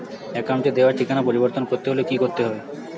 অ্যাকাউন্টে দেওয়া ঠিকানা পরিবর্তন করতে গেলে কি করতে হবে?